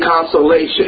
consolation